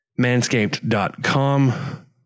manscaped.com